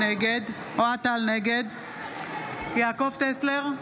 נגד יעקב טסלר,